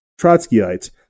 Trotskyites